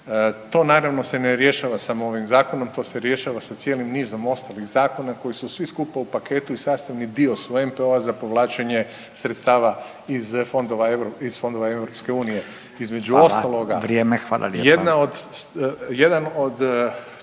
To naravno se ne rješava samo ovim zakonom, to se rješava sa cijelim nizom ostalih zakona koji su svi skupa u paketu i sastavni dio su NPO-a za povlačenje sredstava iz fondova, iz fondova EU …/Upadica: